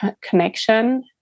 connection